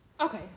Okay